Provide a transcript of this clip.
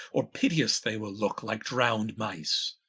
or pitteous they will looke, like drowned mice